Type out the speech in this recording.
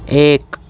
ایک